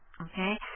okay